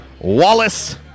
Wallace